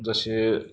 जसे